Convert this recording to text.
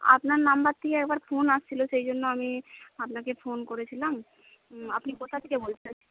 আপনার নাম্বর থেকে একবার ফোন আসছিল সেই জন্য আমি আপনাকে ফোন করেছিলাম আপনি কোথা থেকে বলছেন